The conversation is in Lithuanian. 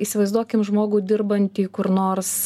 įsivaizduokim žmogų dirbantį kur nors